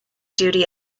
duty